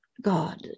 God